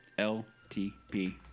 L-T-P